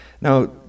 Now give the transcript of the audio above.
Now